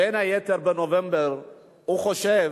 בין היתר, כי הוא חושב